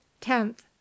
Tenth